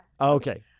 Okay